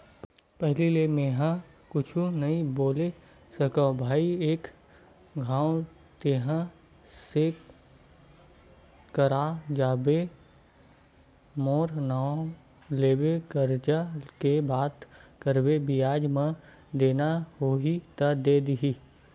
पहिली ले मेंहा कुछु नइ बोले सकव भई एक घांव तेंहा सेठ करा जाबे मोर नांव लेबे करजा के बात करबे बियाज म देना होही त दे दिही